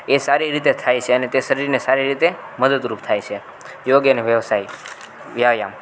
એ સારી રીતે થાય છે અને તે શરીરને સારી રીતે મદદરૂપ થાય છે યોગ અને વ્યવસાય વ્યાયામ